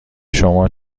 شما